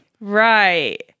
Right